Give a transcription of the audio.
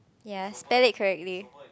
ya spell it correctly